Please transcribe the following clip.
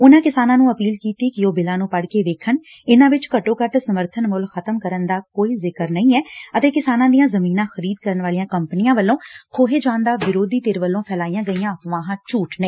ਉਨੂਾਂ ਕਿਸਾਨਾਂ ਨੂੰ ਅਪੀਲ ਕੀਤੀ ਕਿ ਉਹ ਬਿੱਲਾਂ ਨੂੰ ਪੜਕੇ ਵੇਖਣ ਇਨੂਾਂ ਵਿਚ ਘੱਟੋ ਘੱਟ ਸਮਰਥਨ ਮੁੱਲ ਖ਼ਤਮ ਕਰਨ ਦਾ ਕੋਈ ਜ਼ਿਕਰ ਨਹੀਂ ਐ ਅਤੇ ਕਿਸਾਨਾਂ ਦੀਆਂ ਜ਼ਮੀਨਾਂ ਖਰੀਦ ਕਰਨ ਵਾਲੀਆਂ ਕੰਪਨੀਆਂ ਵੱਲੋਂ ਖੋਹੇ ਜਾਣ ਦਾ ਵਿਰੋਧੀ ਧਿਰ ਵੱਲੋਂ ਫੈਲਾਈਆਂ ਗਈਆਂ ਅਫ਼ਵਾਹਾਂ ਝੂਠ ਨੇ